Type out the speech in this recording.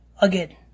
again